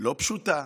ולא פשוטה.